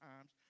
times